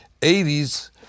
80s